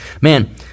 Man